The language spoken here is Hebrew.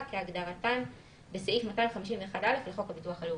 כהגדרתן בסעיף 250(א) לחוק הביטוח הלאומי.